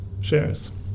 shares